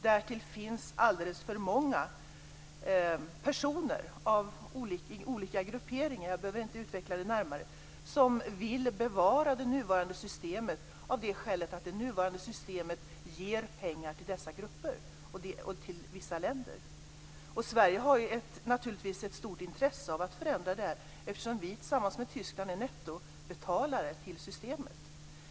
Därtill finns alldeles för många personer i olika grupperingar - jag behöver inte utveckla det närmare - som vill bevara det nuvarande systemet av det skälet att det nuvarande systemet ger pengar till dessa grupper och till vissa länder. Sverige har naturligtvis ett stort intresse av att få en förändring här, eftersom vi tillsammans med Tyskland är nettobetalare till systemet.